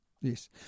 yes